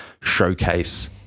showcase